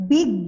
Big